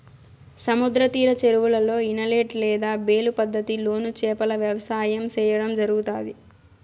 సముద్ర తీర చెరువులలో, ఇనలేట్ లేదా బేలు పద్ధతి లోను చేపల వ్యవసాయం సేయడం జరుగుతాది